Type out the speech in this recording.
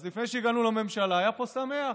אז לפני שהגענו לממשלה היה פה שמח.